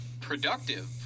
productive